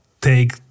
take